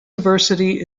diversity